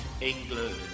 England